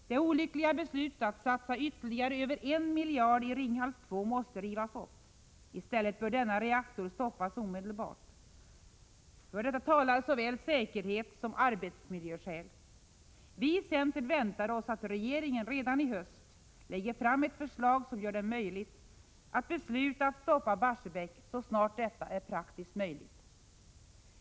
Det olyckliga beslutet att satsa ytterligare över en miljard i Ringhals 2 måste rivas upp. I stället bör denna reaktor stoppas omedelbart. För detta talar såväl säkerhetssom arbetsmiljöskäl. Vi i centern väntar oss att regeringen redan i höst lägger fram ett förslag som gör det möjligt att besluta att stoppa Barsebäck så snart detta är praktiskt genomförbart.